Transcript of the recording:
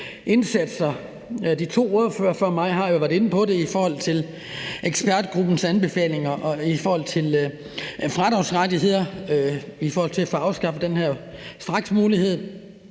mindre. De to ordførere før mig har jo været inde på det om ekspertgruppens anbefalinger og fradragsrettigheder i forhold til at få afskaffet den her straksmulighed.